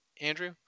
Andrew